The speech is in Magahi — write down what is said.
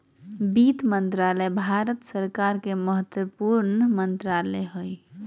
वित्त मंत्रालय भारत सरकार के महत्वपूर्ण मंत्रालय हइ